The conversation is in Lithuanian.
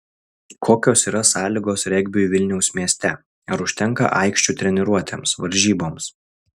kokios yra sąlygos regbiui vilniaus mieste ar užtenka aikščių treniruotėms varžyboms